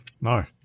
No